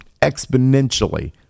exponentially